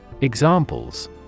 Examples